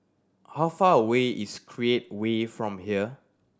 how far away is Create Way from here